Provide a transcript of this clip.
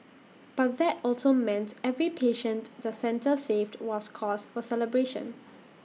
but that also meant every patient the centre saved was cause for celebration